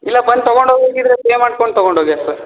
ಇಲ್ಲ ಬಂದು ತಗೊಂಡು ಹೋಗೋಗ ಇದ್ರೆ ಪೇ ಮಾಡ್ಕೊಂಡು ತೊಗೊಂಡು ಹೋಗಿ ಅಷ್ಟೆ